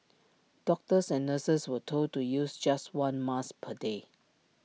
doctors and nurses were told to use just one mask per day